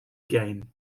game